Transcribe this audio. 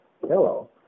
hello